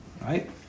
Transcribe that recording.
Right